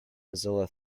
mozilla